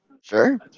Sure